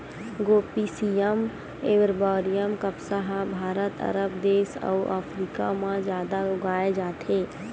Gossypium arboreum कपसा ह भारत, अरब देस अउ अफ्रीका म जादा उगाए जाथे